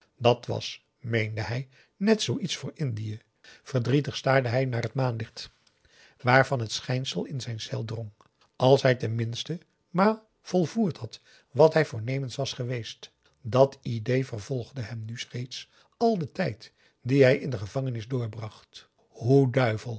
dat was meende hij net zoo iets voor indië verdrietig staarde hij naar het maanlicht waarvan het schijnsel in zijn cel drong als hij ten minste maar volvoerd had wat hij voornemens was geweest dàt idée vervolgde hem nu reeds al den tijd dien hij in de gevangenis doorbracht